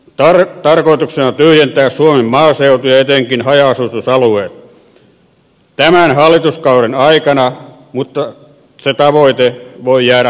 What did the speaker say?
hallituksen tarkoituksena on tyhjentää suomen maaseutu ja etenkin haja asutusalueet tämän hallituskauden aikana mutta se tavoite voi jäädä haaveeksi